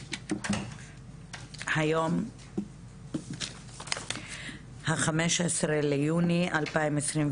היום ה- 15 ליוני 2022,